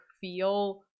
feel